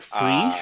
free